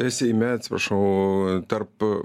seime atsiprašau tarp